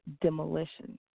demolition